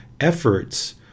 efforts